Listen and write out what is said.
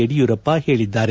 ಯಡಿಯೂರಪ್ಪ ಹೇಳಿದ್ದಾರೆ